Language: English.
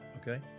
Okay